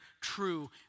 true